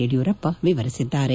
ಯಡಿಯೂರಪ್ಪ ವಿವರಿಸಿದ್ದಾರೆ